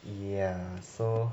ya so